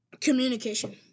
Communication